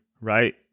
right